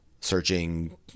searching